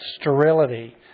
sterility